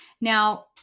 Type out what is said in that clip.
Now